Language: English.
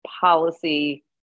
policy